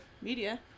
media